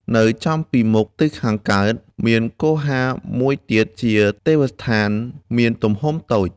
នៅចំពីមុខទិសខាងកើត មានគុហាមួយទៀតជាទេវស្ថាន មានទំហំតូច